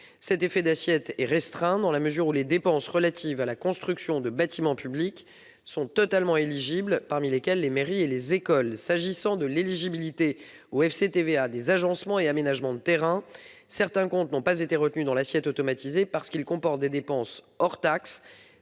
Cet effet d'assiette est restreint, dans la mesure où les dépenses relatives à la construction de bâtiments publics, parmi lesquels les mairies et les écoles, sont pleinement éligibles. S'agissant des agencements et aménagements de terrains, certains comptes n'ont pas été retenus dans l'assiette automatisée, car ils comportent des dépenses hors taxe,